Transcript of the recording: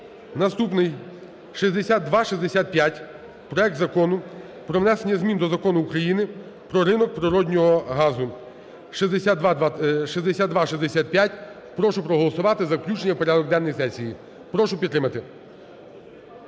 Наступний – 6265, проект Закону про внесення змін до Закону України "Про ринок природного газу". 6265. Прошу проголосувати за включення у порядок денний сесії. Прошу підтримати.